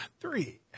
three